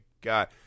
God